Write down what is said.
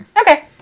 Okay